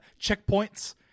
checkpoints